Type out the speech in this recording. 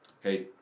Hey